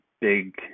big